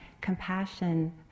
compassion